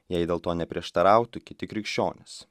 jei dėl to neprieštarautų kiti krikščionys